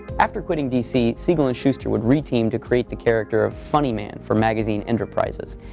after quitting dc, siegel and shuster would re-team to create the character of funny man for magazine enterprises.